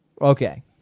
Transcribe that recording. Okay